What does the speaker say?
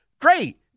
great